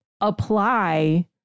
apply